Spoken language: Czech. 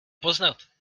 poznat